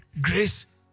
Grace